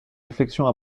réflexions